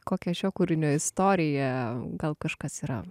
kokia šio kūrinio istorija gal kažkas yra